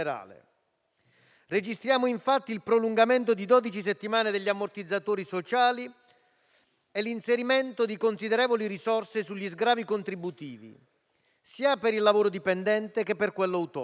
Registriamo infatti il prolungamento di dodici settimane degli ammortizzatori sociali e l'inserimento di considerevoli risorse sugli sgravi contributivi, sia per il lavoro dipendente che per quello autonomo,